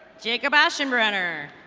jacob ah ashinbrenner.